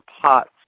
pots